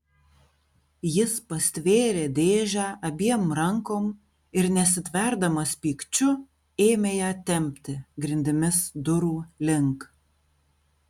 jis pastvėrė dėžę abiem rankom ir nesitverdamas pykčiu ėmė ją tempti grindimis durų link